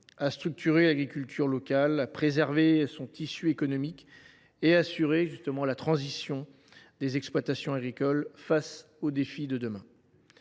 à structurer l’agriculture locale, à préserver son tissu économique et à assurer la transition des exploitations agricoles face aux défis de demain.